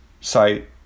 site